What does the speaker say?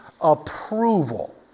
approval